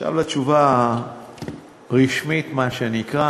עכשיו לתשובה הרשמית, מה שנקרא.